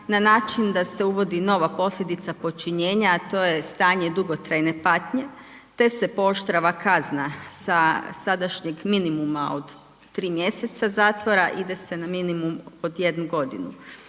na način da se uvodi nova posljedica počinjenja, a to je stanje dugotrajne patnje te se pooštrava kazna sa sadašnjeg minimuma od 3 mjeseca zatvora ide se na minimum od 1 godine.